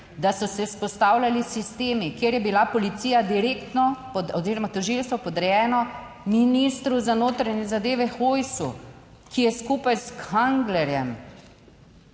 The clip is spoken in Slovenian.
da so se vzpostavljali sistemi, kjer je bila policija direktno oziroma tožilstvo podrejeno ministru za notranje zadeve, Hojsu, ki je skupaj s Kanglerjem